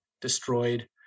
destroyed